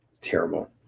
terrible